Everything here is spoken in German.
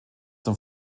zum